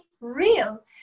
real